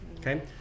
Okay